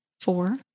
four